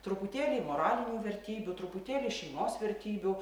truputėlį moralinių vertybių truputėlį šeimos vertybių